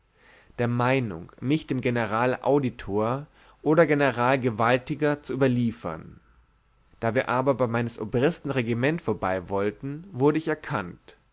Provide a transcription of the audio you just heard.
der meinung mich dem generalauditor oder generalgewaltiger zu überliefern da wir aber bei meines obristen regiment vorbeiwollten wurde ich erkannt